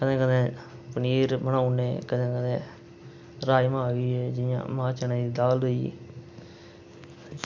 ते कदें कदें पनीर बनाई ओड़ने कदें राजमां होइये जियां मांह् चने दी दाल होई